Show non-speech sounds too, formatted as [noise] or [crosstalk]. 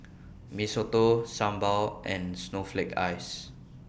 [noise] Mee Soto Sambal and Snowflake Ice